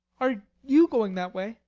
are you going that way?